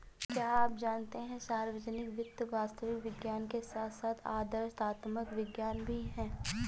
क्या आप जानते है सार्वजनिक वित्त वास्तविक विज्ञान के साथ साथ आदर्शात्मक विज्ञान भी है?